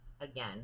again